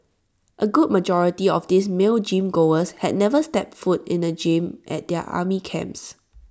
A good majority of these male gym goers had never set foot in the gym at their army camps